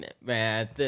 Man